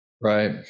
Right